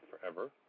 forever